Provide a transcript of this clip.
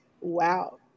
Wow